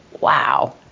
wow